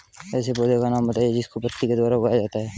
ऐसे पौधे का नाम बताइए जिसको पत्ती के द्वारा उगाया जाता है